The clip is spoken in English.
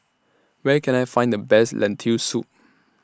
Where Can I Find The Best Lentil Soup